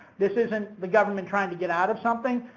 this isn't the government trying to get out of something.